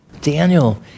Daniel